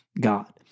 God